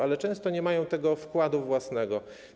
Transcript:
Ale często nie mają tego wkładu własnego.